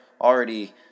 already